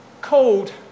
Cold